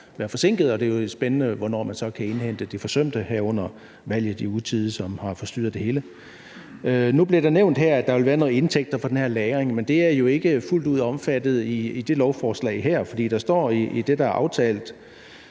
det er spændende, hvornår man så kan indhente det forsømte. Og der var valget i utide, og det har forstyrret det hele. Nu blev det nævnt her, at der vil være nogle indtægter fra den her lagring, men det er jo ikke fuldt ud omfattet i det lovforslag her. For der står i det, der er aftalt: